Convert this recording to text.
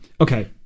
okay